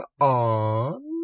on